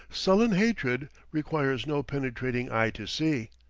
sullen hatred requires no penetrating eye to see.